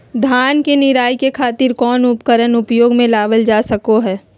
धान के निराई के खातिर कौन उपकरण उपयोग मे लावल जा सको हय?